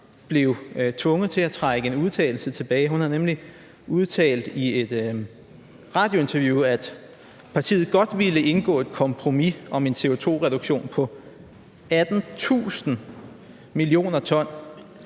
blev tvunget til at trække en udtalelse tilbage. Hun har nemlig i et radiointerview udtalt, at partiet godt ville indgå et kompromis om en CO2-reduktion på 18.000 mio. t,